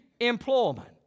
employment